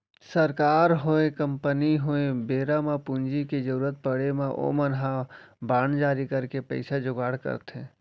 सरकार होय, कंपनी होय बेरा म पूंजी के जरुरत पड़े म ओमन ह बांड जारी करके पइसा जुगाड़ करथे